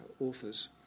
authors